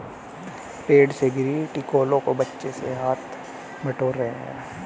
पेड़ से गिरे टिकोलों को बच्चे हाथ से बटोर रहे हैं